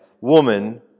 woman